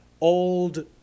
old